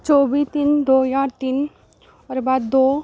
चौबी तिन दो ज्हार तिन होर बाद दो